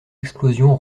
explosion